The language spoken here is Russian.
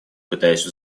пытаясь